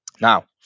Now